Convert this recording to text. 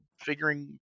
figuring